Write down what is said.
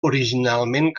originalment